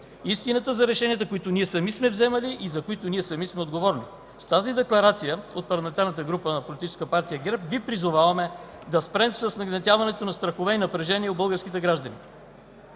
истината за решенията, които ние сами сме вземали и за които ние сами сме отговорни. С тази декларация от парламентарната група на Политическа партия ГЕРБ Ви призоваваме да спрем с нагнетяването на страхове и напрежение у българските граждани,